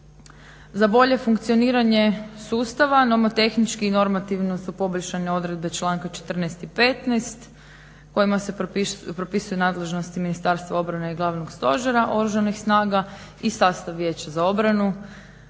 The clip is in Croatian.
Za bolje funkcioniranje sustava nomotehnički i normativno su poboljšano odredbe članka 14. i 15. kojima se propisuju nadležnosti Ministarstva obrane i Glavnog stožera Oružanih snaga i sastav Vijeća za obranu